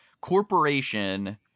corporation